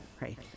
right